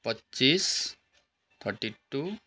पच्चिस forty to